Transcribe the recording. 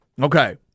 Okay